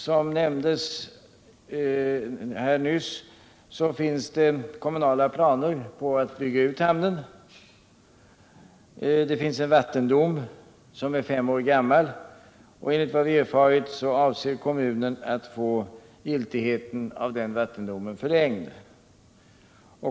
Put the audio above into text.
Som nämndes här nyss finns det kommunala planer på att bygga ut hamnen. Det finns en vattendom som är fem år gammal. Enligt vad jag erfarit avser kommunen att få giltigheten av den vattendomen förlängd.